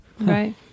Right